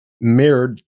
mirrored